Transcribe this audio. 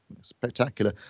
spectacular